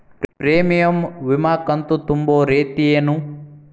Premium ವಿಮಾ ಕಂತು ತುಂಬೋ ರೇತಿ ಏನು?